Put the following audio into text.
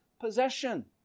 possession